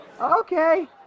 Okay